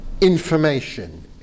information